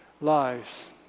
lives